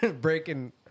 breaking